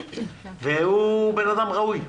והוא אדם ראוי.